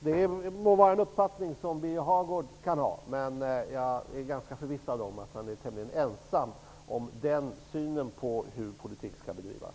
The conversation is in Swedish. Det må vara Birger Hagårds uppfattning. Jag är ganska förvissad om att han är tämligen ensam om den synen på hur politik skall bedrivas.